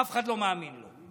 אף אחד לא מאמין לו.